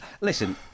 listen